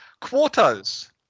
Quotas